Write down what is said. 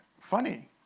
funny